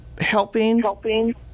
helping